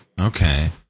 Okay